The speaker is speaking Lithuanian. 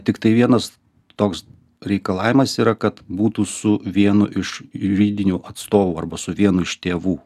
tiktai vienas toks reikalavimas yra kad būtų su vienu iš juridinių atstovų arba su vienu iš tėvų